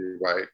right